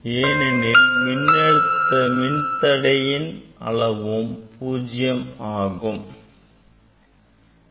ஏனெனில் மின்தடையின் அளவும் 0 ஆகும்